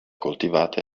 coltivate